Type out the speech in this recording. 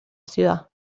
ciudad